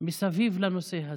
מסביב לנושא הזה.